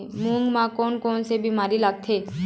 मूंग म कोन कोन से बीमारी लगथे?